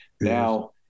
Now